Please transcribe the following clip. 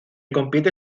compite